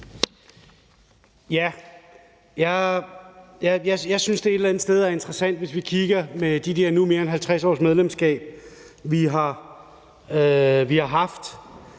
andet sted er interessant. Hvis vi kigger på de der nu mere end 50 års medlemskab, vi har haft,